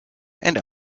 and